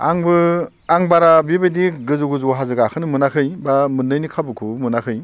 आंबो आं बारा बेबायदि गोजौ गोजौ हाजो गाखोनो मोनाखै बा मोननायनि खाबुखौबो मोनाखै